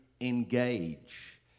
engage